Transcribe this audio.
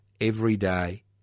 everyday